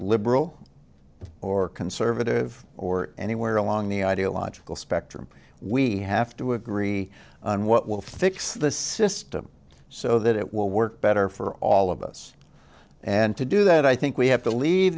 liberal or conservative or anywhere along the ideological spectrum we have to agree on what will fix the system so that it will work better for all of us and to do that i think we have to leave